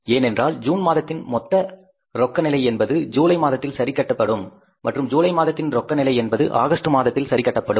ஏனென்றால் ஜூன் மாதத்தின் மொத்த ரொக்க நிலை என்பது ஜூலை மாதத்தில் சரி கட்டப்படும் மற்றும் ஜூலை மாதத்தின் ரொக்க நிலை என்பது ஆகஸ்ட் மாதத்தில் சரி கட்டப்படும்